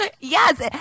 Yes